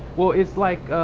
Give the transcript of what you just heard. well it's like.